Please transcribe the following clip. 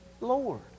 Lord